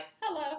hello